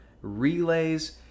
relays